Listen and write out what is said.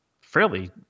fairly